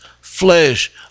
flesh